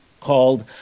called